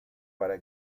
para